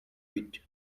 bit